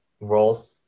role